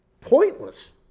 pointless